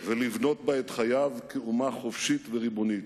ולבנות בה את חייו כאומה חופשית וריבונית.